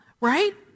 right